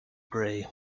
grey